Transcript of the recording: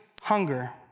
hunger